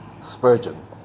Spurgeon